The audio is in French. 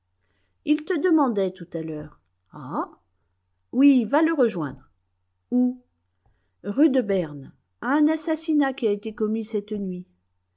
il te demandait tout à l'heure ah oui va le rejoindre où rue de berne un assassinat qui a été commis cette nuit